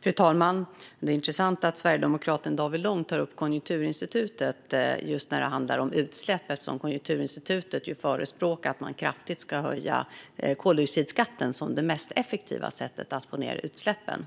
Fru talman! Det är intressant att sverigedemokraten David Lång tar upp Konjunkturinstitutet när det handlar just om utsläpp. Konjunkturinstitutet förespråkar ju att man kraftigt ska höja koldioxidskatten och anser att det är det mest effektiva sättet att få ned utsläppen.